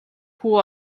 хүү